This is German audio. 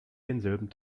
denselben